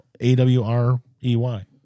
A-W-R-E-Y